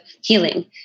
healing